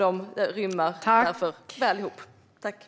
De rimmar därför väl med varandra.